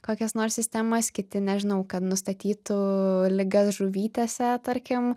kokias nors sistemas kiti nežinau kad nustatytų ligas žuvytėse tarkim